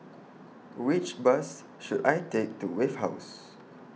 Which Bus should I Take to Wave House